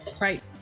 Right